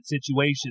situation